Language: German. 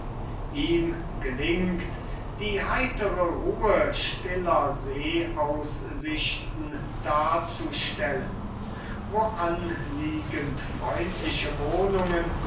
ihm gelingt die heitere ruhe stiller seeaussichten darzustellen wo anliegend freundliche wohnungen